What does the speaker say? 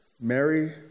Mary